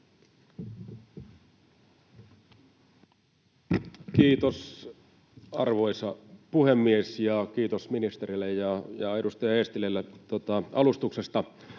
Kiitos, arvoisa puhemies! Ja kiitos ministerille ja edustaja Eestilälle alustuksesta.